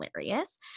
hilarious